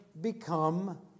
become